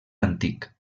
antic